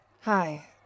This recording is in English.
Hi